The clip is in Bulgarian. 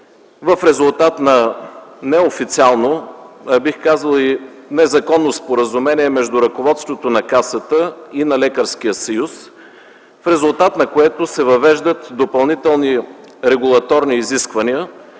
в резултат на неофициално, а бих казал и незаконно, споразумение между ръководството на Касата и на Лекарския съюз, с което се въвеждат допълнителни регулаторни изисквания